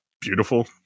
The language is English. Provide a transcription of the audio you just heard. beautiful